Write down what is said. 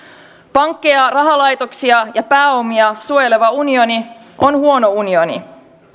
pankkeja rahalaitoksia ja pääomia suojeleva unioni on huono unioni